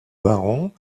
baron